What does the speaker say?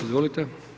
Izvolite.